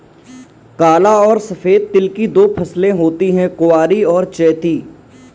काला और सफेद तिल की दो फसलें होती है कुवारी और चैती